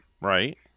Right